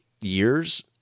years